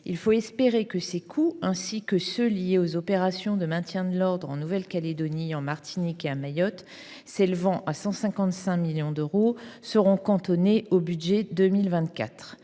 Il faut espérer que ces coûts ainsi que ceux qui sont liés aux opérations de maintien de l’ordre en Nouvelle Calédonie, en Martinique et à Mayotte, lesquels s’élèvent à 155 millions d’euros, seront cantonnés au budget 2024.